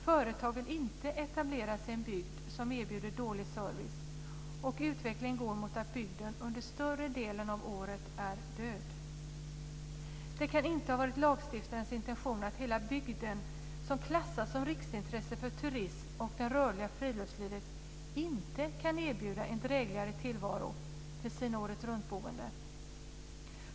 Företag vill inte etablera sig i en bygd som erbjuder dålig service, och utveckling går mot att bygden under stora delar av året är "död". Detta kan inte ha varit lagstiftarens intentioner att hela bygden som klassas som riksintresse för turism och det rörliga friluftslivet inte kan erbjuda en dräglig tillvaro för sina åretruntboende.